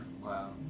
Wow